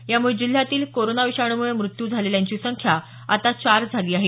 त्यामुळे जिल्ह्यातील कोरोना विषाणमुळे मृत्यू झालेल्यांची संख्या आता चार झाली आहे